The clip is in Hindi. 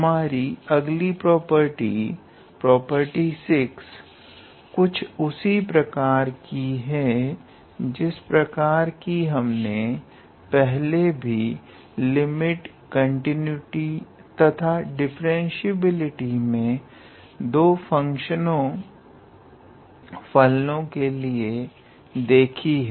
हमारी अगली प्रॉपर्टी प्रॉपर्टी 6 कुछ उसी प्रकार की है जिस प्रकार की हमने पहले भी लिमिट कंटिन्यूटि तथा डिफरेंटीबिलिटी मे दो फलनों के लिए देखी है